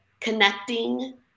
connecting